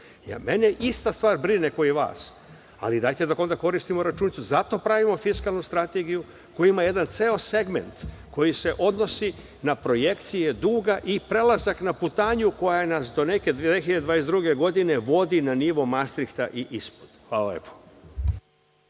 ista stvar brine kao i vas, ali dajte da koristimo računicu. Zato pravimo fiskalnu strategiju koja ima jedan ceo segment koji se odnosi na projekcije duga i prelazak na putanju koja nas do neke 2022. godine vodi na nivo Mastrihta i ispod. Hvala lepo.